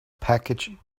package